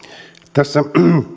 tässä